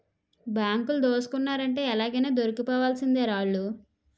బాంకులు దోసుకున్నారంటే ఎలాగైనా దొరికిపోవాల్సిందేరా ఆల్లు